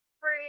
free